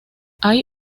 hay